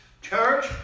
church